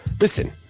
listen